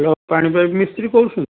hello ପାଣି pipe ମିସ୍ତ୍ରୀ କହୁ